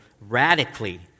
radically